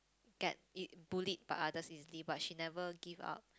get bullied by others easily but she never give up